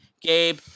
Gabe